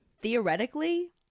Theoretically